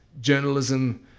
journalism